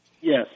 Yes